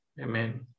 Amen